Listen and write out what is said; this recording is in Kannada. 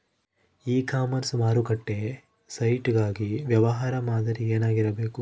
ಇ ಕಾಮರ್ಸ್ ಮಾರುಕಟ್ಟೆ ಸೈಟ್ ಗಾಗಿ ವ್ಯವಹಾರ ಮಾದರಿ ಏನಾಗಿರಬೇಕು?